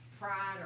pride